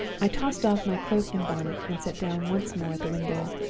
i tossed off my cloak and bonnet, and sat down once more at the window.